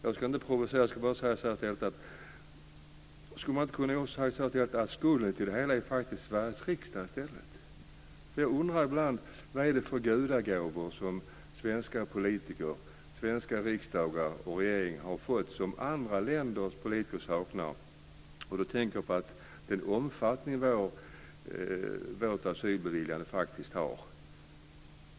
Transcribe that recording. Jag ska inte provocera, men skulle man inte kunna säga att skulden till det hela faktiskt ligger hos Sveriges riksdag? Vad är det för gudagåvor som svenska politiker, svenska riksdagen och regeringen har fått som andra länders politiker saknar? Jag tänker på den omfattning som vårt asylbeviljande faktiskt har.